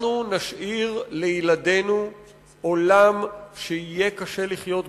אנחנו נשאיר לילדינו עולם שיהיה קשה לחיות בו.